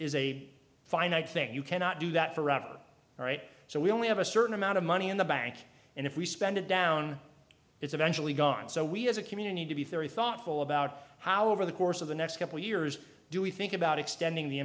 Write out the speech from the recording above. is a finite thing you cannot do that forever right so we only have a certain amount of money in the bank and if we spend it down it's eventually gone so we as a community to be thoughtful about how over the course of the next couple years do we think about extending the